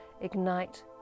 ignite